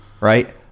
right